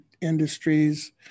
industries